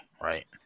right